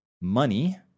money